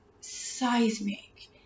seismic